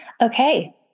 Okay